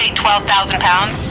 twelve thousand pounds.